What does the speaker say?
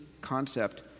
concept